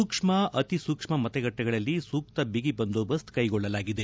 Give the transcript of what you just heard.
ಸೂಕ್ಷ್ಮ ಅತೀ ಸೂಕ್ಷ್ಮ ಮತಗಟ್ಟಿಗಳಲ್ಲಿ ಸೂಕ್ತ ಬಿಗಿ ಬಂದೋಬಸ್ತ್ ಕೈಗೊಳ್ಳಲಾಗಿದೆ